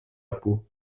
peau